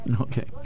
Okay